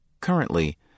Currently